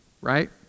right